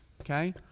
okay